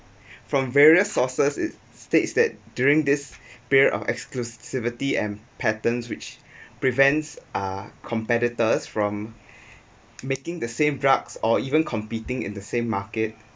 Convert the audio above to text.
from various sources it states that during this period of exclusivity and patents which prevents uh competitors from making the same drugs or even competing in the same market